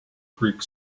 greek